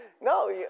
No